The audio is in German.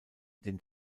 den